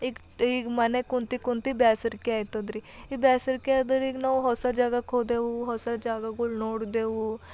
ಈಗ ಈಗ ಮನೆಗೆ ಕುಂತು ಕುಂತು ಬೇಸರ್ಕೆ ಆಯ್ತದ್ರಿ ಬೇಸರ್ಕೆ ಆದರೆ ಈಗ ನಾವು ಹೊಸ ಜಾಗಕ್ಕೆ ಹೋದೆವು ಹೊಸ ಜಾಗಗಳು ನೋಡಿದೆವು